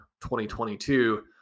2022